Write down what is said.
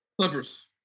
Clippers